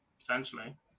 Essentially